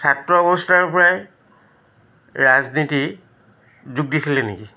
ছাত্ৰ অৱস্থাৰ পৰাই ৰাজনীতি যোগ দিছিলে নেকি